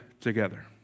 together